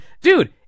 Dude